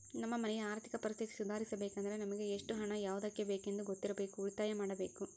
ನಮ್ಮ ಮನೆಯ ಆರ್ಥಿಕ ಪರಿಸ್ಥಿತಿ ಸುಧಾರಿಸಬೇಕೆಂದರೆ ನಮಗೆ ಎಷ್ಟು ಹಣ ಯಾವುದಕ್ಕೆ ಬೇಕೆಂದು ಗೊತ್ತಿರಬೇಕು, ಉಳಿತಾಯ ಮಾಡಬೇಕು